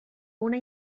una